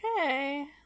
Okay